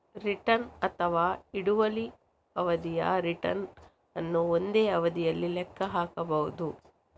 return ಅಥವಾ ಹಿಡುವಳಿ ಅವಧಿಯ ರಿಟರ್ನ್ ಅನ್ನು ಒಂದೇ ಅವಧಿಯಲ್ಲಿ ಲೆಕ್ಕ ಹಾಕಬಹುದು